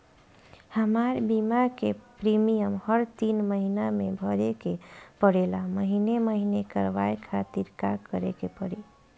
हमार बीमा के प्रीमियम हर तीन महिना में भरे के पड़ेला महीने महीने करवाए खातिर का करे के पड़ी?